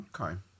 Okay